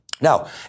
Now